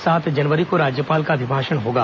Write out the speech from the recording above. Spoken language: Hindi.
सात जनवरी को राज्यपाल का अभिभाषण होगा